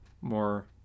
more